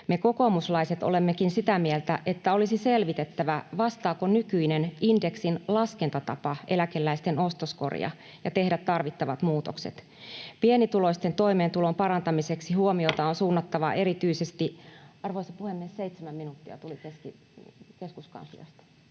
Me kokoomuslaiset olemmekin sitä mieltä, että olisi selvitettävä, vastaako nykyinen indeksin laskentatapa eläkeläisten ostoskoria, ja tehtävä tarvittavat muutokset. Pienituloisten toimeentulon parantamiseksi huomiota on suunnattava erityisesti… Arvoisa puhemies! Aika on 7 minuuttia — tämä tuli keskuskansliasta.